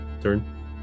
turn